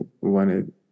wanted